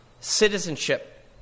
citizenship